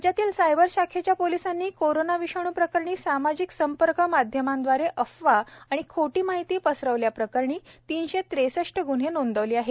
राज्यातील सायबर शाखेच्या पोलिसांनी कोरोना विषाणू प्रकरणी सामाजिक संपर्क माध्यमांद्वारे अफवा आणि खोटी माहिती पसरवल्या प्रकरणी तिनशे ट्रेसष्ट गुन्हे नोंदवले आहेत